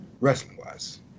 Wrestling-wise